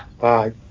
bye